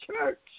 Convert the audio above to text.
church